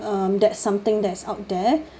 um that's something that's out there